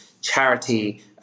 charity